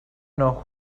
know